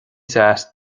deas